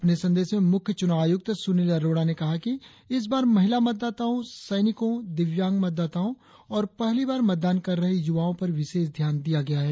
अपने संदेश में मुख्य चुनाव आयुक्त सुनिल अरोड़ा ने कहा कि इस बार महिला मतदाताओं सैनिकों दिव्यांग मतदाताओं और पहली बार मतदान कर रहे युवाओं पर विशेष ध्यान दिया गया है